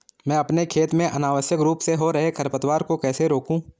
मैं अपने खेत में अनावश्यक रूप से हो रहे खरपतवार को कैसे रोकूं?